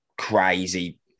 crazy